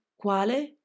quale